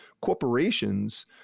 corporations